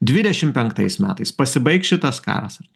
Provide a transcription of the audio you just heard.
dvidešim penktais metais pasibaigs šitas karas ar